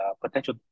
potential